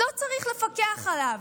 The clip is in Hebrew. לא צריך לפקח עליו,